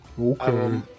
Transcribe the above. Okay